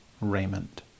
raiment